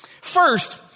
First